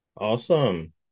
Awesome